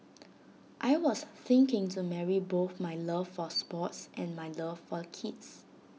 I was thinking to marry both my love for sports and my love for the kids